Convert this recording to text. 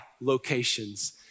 locations